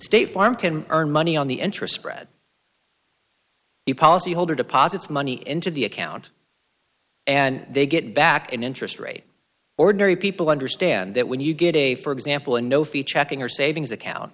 state farm can earn money on the interest spread the policyholder deposits money into the account and they get back in interest rate ordinary people understand that when you get a for example a no fee checking or savings account